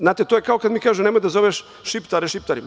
Znate, to je kao kada mi kažu nemoj da zoveš Šiptare Šiptarima.